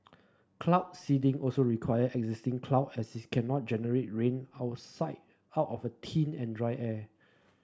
cloud seeding also require existing cloud as it cannot generate rain outside out of a thin and dry air